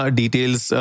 details